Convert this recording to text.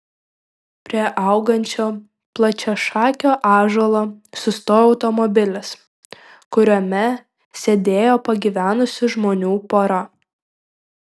prie augančio plačiašakio ąžuolo sustojo automobilis kuriame sėdėjo pagyvenusių žmonių pora